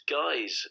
guys